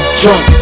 drunk